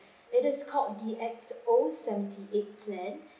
it is called the X_O seventy-eight plan